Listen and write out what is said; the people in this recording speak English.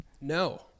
No